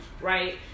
right